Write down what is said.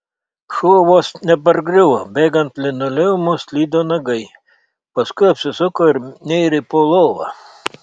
šuo vos nepargriuvo bėgant linoleumu slydo nagai paskui apsisuko ir nėrė po lova